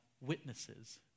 witnesses